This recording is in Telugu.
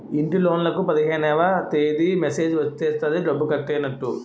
ఇంటిలోన్లకు పదిహేనవ తేదీ మెసేజ్ వచ్చేస్తది డబ్బు కట్టైనట్టు